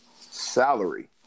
salary